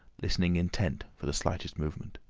listening intent for the slightest movement.